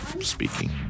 speaking